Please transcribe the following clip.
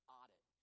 audit